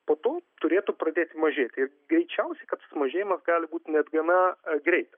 po to turėtų pradėti mažėti ir greičiausiai kad sumažėjimas gali būti net gana greit